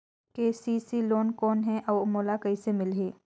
KCC loan कौन हे अउ मोला कइसे मिलही?